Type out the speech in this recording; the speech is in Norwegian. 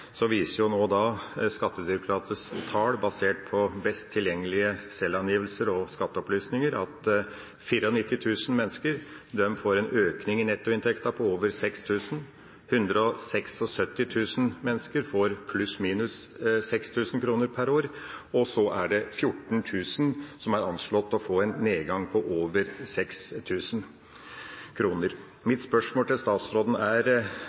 best tilgjengelige selvangivelser og skatteopplysninger, at 94 000 mennesker får en økning i nettoinntekten på over 6 000 kr, at 176 000 mennesker får pluss/minus 6 000 kr per år, og at over 14 000 er anslått å få en nedgang på over 6 000 kr. Mitt spørsmål til statsråden er: